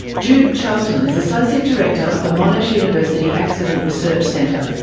jude charlton is associate director of the monash university accident research centre.